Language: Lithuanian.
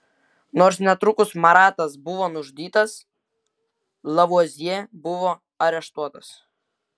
nors netrukus maratas buvo nužudytas lavuazjė buvo areštuotas